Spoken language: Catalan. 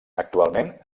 actualment